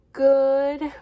Good